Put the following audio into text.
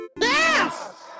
Yes